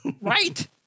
Right